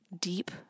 deep